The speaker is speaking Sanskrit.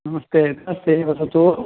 नमस्ते नमस्ते वदतु